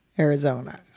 Arizona